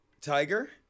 Tiger